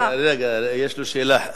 רגע, יש לו שאלה.